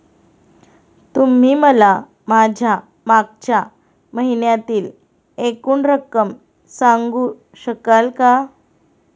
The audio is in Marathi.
तुम्ही मला माझ्या मागच्या महिन्यातील एकूण रक्कम सांगू शकाल का?